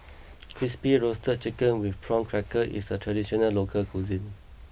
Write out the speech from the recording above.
Crispy Roasted Chicken with Prawn Crackers is a traditional local cuisine